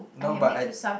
no but I